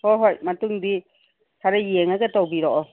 ꯍꯣꯏ ꯍꯣꯏ ꯃꯇꯨꯡꯗꯤ ꯈꯔꯥ ꯌꯦꯡꯉꯒ ꯇꯧꯕꯤꯔꯛꯑꯣ